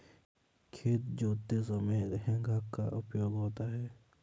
खेत जोतते समय हेंगा का उपयोग होता है